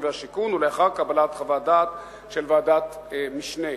והשיכון ולאחר קבלת חוות דעת של ועדת משנה.